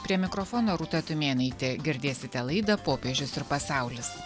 prie mikrofono rūta tumėnaitė girdėsite laidą popiežius ir pasaulis